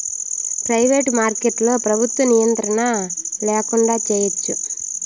private మార్కెట్లో ప్రభుత్వ నియంత్రణ ల్యాకుండా చేయచ్చు